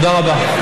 תודה רבה.